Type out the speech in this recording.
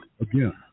Again